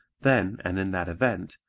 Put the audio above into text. then and in that event,